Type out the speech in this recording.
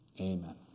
Amen